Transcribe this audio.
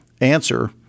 answer